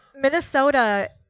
Minnesota